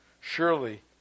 surely